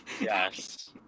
Yes